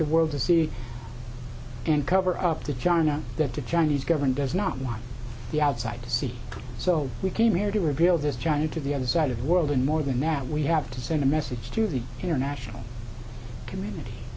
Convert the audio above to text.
to world to see and cover up to china that the chinese government does not want the outside to see so we came here to reveal this china to the other side of the world and more than that we have to send a message to the international community